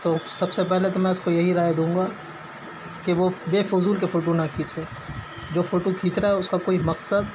تو سب سے پہلے تو میں اس کو یہی رائے دوں گا کہ وہ بےفضول کے فوٹو نہ کھینچے جو فوٹو کھینچ رہا ہے اس کا کوئی مقصد